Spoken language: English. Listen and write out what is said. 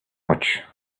much